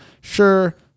sure